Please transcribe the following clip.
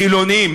חילונים.